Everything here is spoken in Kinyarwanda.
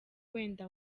wenda